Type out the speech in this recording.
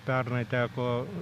pernai teko